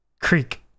Creek